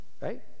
Right